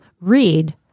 read